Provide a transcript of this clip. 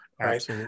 Right